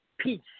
Peace